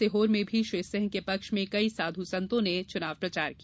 सीहोर में भी श्री सिंह के पक्ष में कई साध् संतों ने चुनाव प्रचार किया